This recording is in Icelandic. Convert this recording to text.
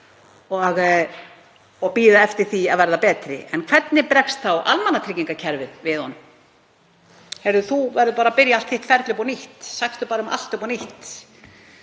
og bíða eftir því að verða betri. En hvernig bregst almannatryggingakerfið þá við því? Heyrðu, þú verður bara að byrja allt þitt ferli upp á nýtt, sæktu bara um allt upp á nýtt,